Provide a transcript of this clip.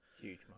Huge